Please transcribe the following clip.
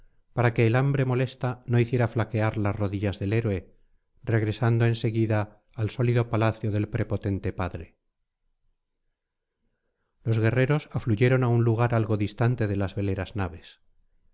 para que el hambre molesta no hiciera flaquear las rodillas del héroe regresando en seguida al sólido palacio del prepotente padre los guerreros afluyeron á un lugar algo distante de las veleras naves